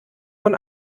von